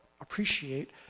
appreciate